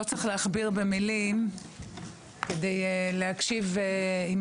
לא צריך להכביר במילים כדי להקשיב עם